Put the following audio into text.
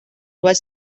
was